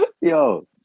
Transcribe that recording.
Yo